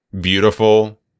beautiful